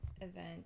event